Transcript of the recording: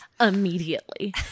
immediately